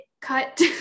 cut